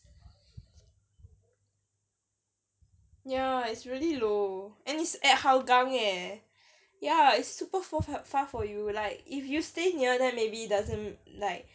ya it's really low and it's at hougang eh ya it's super far for you like if you stay near there maybe doesn't like